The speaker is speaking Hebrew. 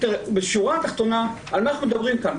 בשורה התחתונה, על מה אנחנו מדברים כאן?